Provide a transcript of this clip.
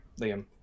Liam